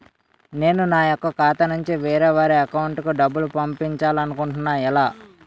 నేను నా యెక్క ఖాతా నుంచి వేరే వారి అకౌంట్ కు డబ్బులు పంపించాలనుకుంటున్నా ఎలా?